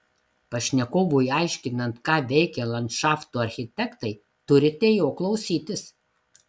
pašnekovui aiškinant ką veikia landšafto architektai turite jo klausytis